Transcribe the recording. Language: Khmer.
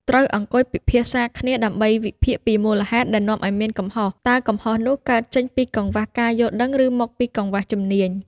ត្រូវអង្គុយពិភាក្សាគ្នាដើម្បី វិភាគពីមូលហេតុ ដែលនាំឲ្យមានកំហុស។ តើកំហុសនោះកើតចេញពីកង្វះការយល់ដឹង ឬមកពីកង្វះជំនាញ